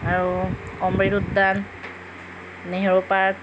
আৰু অমৃত উদ্যান নেহেৰু পাৰ্ক